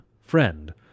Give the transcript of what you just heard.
Friend